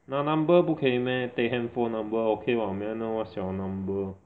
拿 number take handphone number okay [what] may I know what's your number